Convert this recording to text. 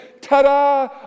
Ta-da